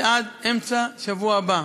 זה עד אמצע השבוע הבא.